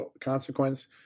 consequence